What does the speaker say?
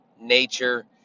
nature